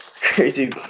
crazy